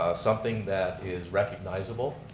something that is recognizable.